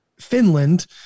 Finland